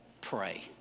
Pray